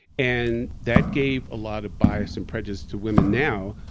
and that gave a lot of bias and prejudice to women now.